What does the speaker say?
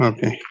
Okay